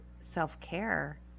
self-care